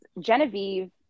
Genevieve